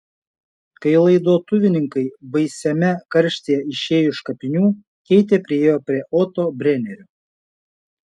kai laidotuvininkai baisiame karštyje išėjo iš kapinių keitė priėjo prie oto brenerio